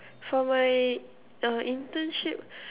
for my uh internship